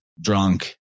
drunk